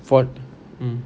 fort~ mm